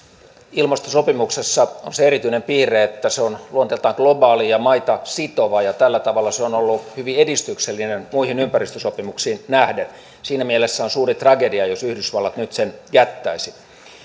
ilmastosopimuksessa on se erityinen piirre että se on luonteeltaan globaali ja maita sitova ja tällä tavalla se on ollut hyvin edistyksellinen muihin ympäristösopimuksiin nähden siinä mielessä on suuri tragedia jos yhdysvallat nyt sen jättäisi